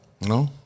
No